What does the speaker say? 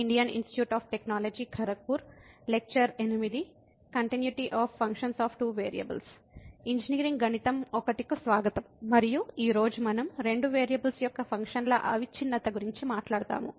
engineering గణితం 1 కు స్వాగతం మరియు ఈ రోజు మనం రెండు వేరియబుల్స్ యొక్క ఫంక్షన్ల అవిచ్ఛిన్నత గురించి మాట్లాడుతాము